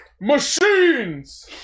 Machines